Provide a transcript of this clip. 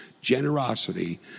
generosity